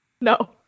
No